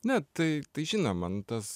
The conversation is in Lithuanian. ne tai tai žinoma nu tas